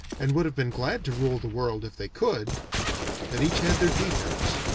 and would have been glad to rule the world if they could but each had their defects,